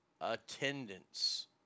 attendance